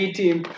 team